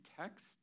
text